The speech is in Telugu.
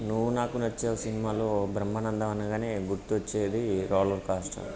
నువ్వు నాకు నచ్చావు సినిమాలో బ్రహ్మానందం అనగానే గుర్తు వచ్చేది రోలర్ కోస్టర్